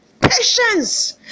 Patience